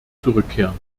zurückkehren